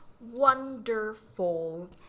wonderful